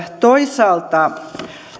toisaalta